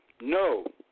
no